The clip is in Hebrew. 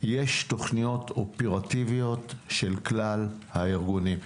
יש תכניות אופרטיביות של כלל הארגונים.